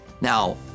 Now